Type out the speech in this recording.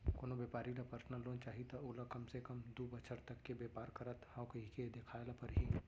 कोनो बेपारी ल परसनल लोन चाही त ओला कम ले कम दू बछर तक के बेपार करत हँव कहिके देखाए ल परही